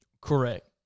Correct